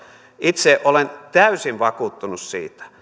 itse olen täysin vakuuttunut siitä